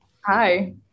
Hi